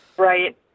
Right